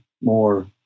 more